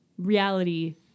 Reality